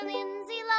Lindsay